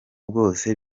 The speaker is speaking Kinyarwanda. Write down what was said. bwose